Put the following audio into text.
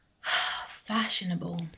Fashionable